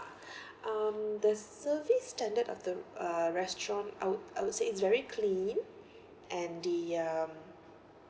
um the service standard of the uh restaurant I would I would say it's very clean and the um